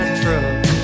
truck